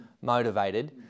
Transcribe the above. motivated